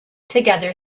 together